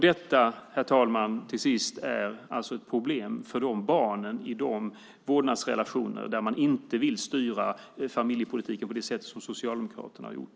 Detta, herr talman, är ett problem för barnen i de vårdnadsrelationer där man inte vill styra familjepolitiken på det sätt som Socialdemokraterna gjort.